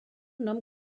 nom